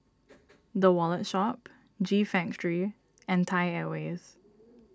the Wallet Shop G Factory and Thai Airways